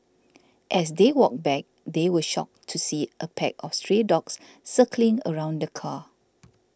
as they walked back they were shocked to see a pack of stray dogs circling around the car